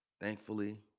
Thankfully